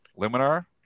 Luminar